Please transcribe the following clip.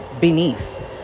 beneath